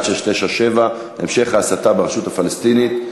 מס' 1697 בנושא: המשך ההסתה ברשות הפלסטינית.